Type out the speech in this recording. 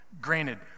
Granted